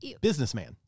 businessman